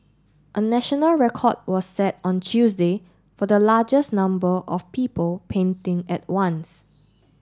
a national record was set on Tuesday for the largest number of people painting at once